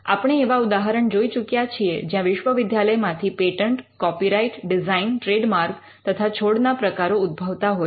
આપણે એવા ઉદાહરણ જોઈ ચૂક્યા છીએ જ્યાં વિશ્વવિદ્યાલયમાંથી પેટન્ટ કૉપિરાઇટ ડિઝાઇન ટ્રેડમાર્ક તથા છોડના પ્રકારો ઉદ્ભવતા હોય છે